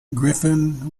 griffin